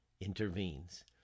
intervenes